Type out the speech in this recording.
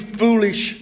foolish